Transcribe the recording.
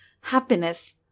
happiness